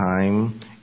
time